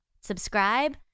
subscribe